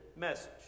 message